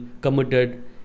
committed